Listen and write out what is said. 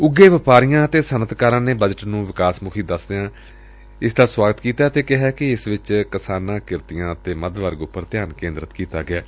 ਉਘੇ ਵਪਾਰੀਆਂ ਅਤੇ ਸੱਨਅਤਕਾਰਾਂ ਨੇ ਬਜਟ ਨੂੰ ਵਿਕਾਸ ਮੁਖੀ ਦਸਦਿਆਂ ਇਸ ਦਾ ਸੁਆਗਤ ਕੀਤੈ ਅਤੇ ਕਿਹੈ ਕਿ ਇਸ ਵਿਚ ਕਿਸਾਨਾ ਕਿਰਤੀਆ ਅਤੇ ਮੱਧ ਵਰਗ ਉਪਰ ਧਿਆਨ ਕੇਦਰਿਤ ਕੀਤਾ ਗਿਐ